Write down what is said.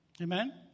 Amen